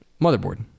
motherboard